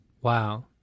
Wow